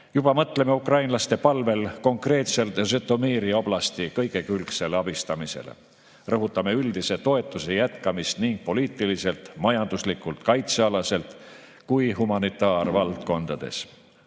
Juba mõtleme ukrainlaste palvel konkreetselt Žõtomõri oblasti kõigekülgsele abistamisele. Rõhutame üldise toetuse jätkamist nii poliitiliselt, majanduslikult, kaitsealaselt kui humanitaarvaldkondades.